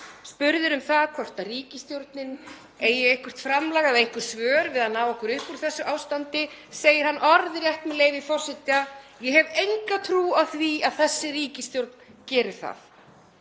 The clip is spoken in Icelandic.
Spurðir um það hvort ríkisstjórnin eigi eitthvert framlag eða einhver svör við að ná okkur upp úr þessu ástandi segir hann orðrétt, með leyfi forseta: „Ég hef enga trú á því að þessi ríkisstjórn geri það.“